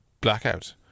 blackout